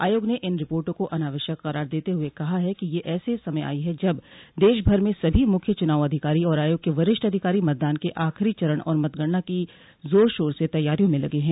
आयोग ने इन रिपोर्टों को अनावश्यक करार देते हुए कहा है कि ये ऐसे समय आई हैं जब देशभर में सभी मुख्य चुनाव अधिकारी और आयोग के वरिष्ठ अधिकारी मतदान के आखिरी चरण और मतगणना की जोर शोर से तैयारियों में लगे हैं